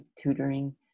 tutoring